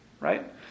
Right